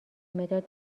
مداد